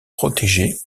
protégée